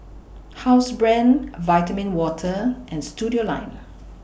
Housebrand Vitamin Water and Studioline